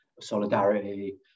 solidarity